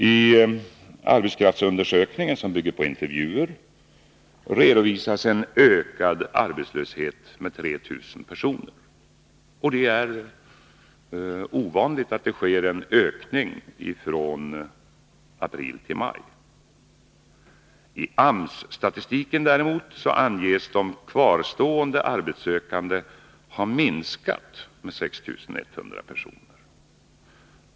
I arbetskraftsundersökningen, som bygger på intervjuer, redovisas en ökad arbetslöshet med 3 000 personer - och det är ovanligt att det sker en ökning från april till maj. I AMS-statistiken däremot anges de kvarstående arbetssökande ha minskat med 6 100 personer.